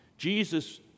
Jesus